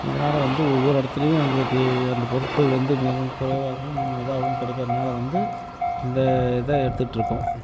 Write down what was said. இதனால வந்து ஒவ்வொரு இடத்துலையும் எங்களுக்கு அந்த பொருட்கள் வந்து மிகவும் குறைவாகவும் இதாகவும் கிடைக்கிறனால வந்து இந்த இதை எடுத்துட்டிருக்கோம்